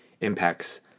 impacts